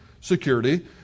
security